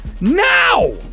now